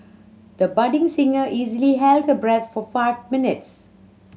the budding singer easily held her breath for five minutes